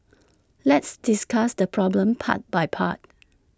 let's discuss the problem part by part